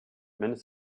minutes